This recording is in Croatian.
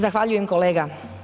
Zahvaljujem kolega.